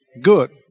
Good